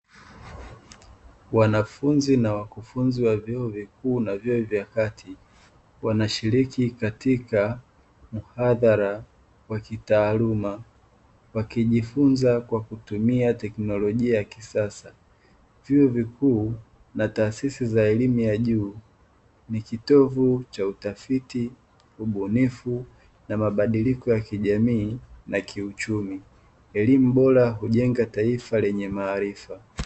wanafunzi na wakufunzi wa vyuo vikuu na vyuo vya kati wanashiriki katika muhadhara wa kitaaluma wakijifunza kwa kutumia teknolojia ya kisasa, vyuo vikuu na taasisi za limu ya juu ni kitovu cha mabadiliko ya kiuchumi, elimu bora hujenga taifa lenye maarifa.